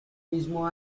mismo